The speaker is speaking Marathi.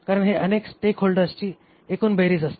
कारण हे अनेक स्टेकहोल्डर्सची एकूण बेरीज असते